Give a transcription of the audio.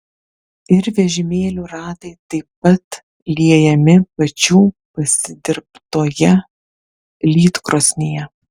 ir vežimėlių ratai taip pat liejami pačių pasidirbtoje lydkrosnėje